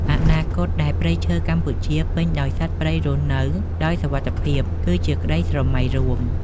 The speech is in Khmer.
អនាគតដែលព្រៃឈើកម្ពុជាពេញដោយសត្វព្រៃរស់នៅដោយសុវត្ថិភាពគឺជាក្តីស្រមៃរួម។